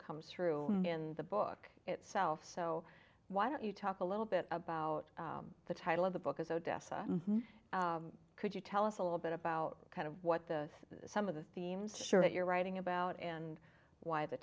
comes through in the book itself so why don't you talk a little bit about the title of the book as odessa could you tell us a little bit about kind of what the some of the themes sure that you're writing about and why the